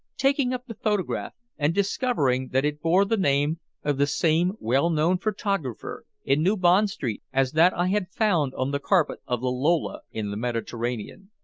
taking up the photograph and discovering that it bore the name of the same well-known photographer in new bond street as that i had found on the carpet of the lola in the mediterranean.